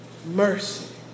Mercy